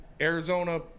Arizona